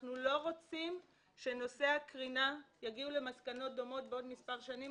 אנחנו לא רוצים שלגבי נושא הקרינה יגיעו למסקנות דומות בעוד מספר השנים,